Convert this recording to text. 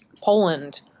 Poland